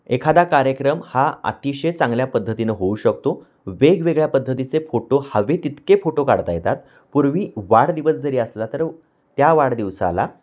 एखादा कार्यक्रम हा अतिशय चांगल्या पद्धतीनं होऊ शकतो वेगवेगळ्या पद्धतीचे फोटो हवे तितके फोटो काढता येतात पूर्वी वाढदिवस जरी असला तर त्या वाढदिवसाला